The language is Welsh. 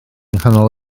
nghanol